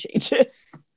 changes